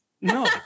No